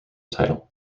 title